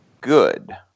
good